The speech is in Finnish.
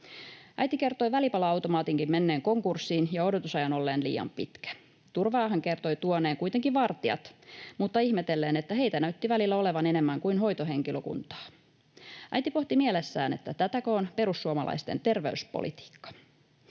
Äiti kertoi välipala-automaatinkin menneen konkurssiin ja odotusajan olleen liian pitkä. Turvaa hän kertoi tuoneen kuitenkin vartijoiden, mutta ihmetellen, että heitä näytti välillä olevan enemmän kuin hoitohenkilökuntaa. Äiti pohti mielessään, tätäkö on perussuomalaisten terveyspolitiikka.